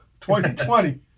2020